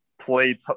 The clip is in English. play